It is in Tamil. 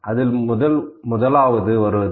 அவை 1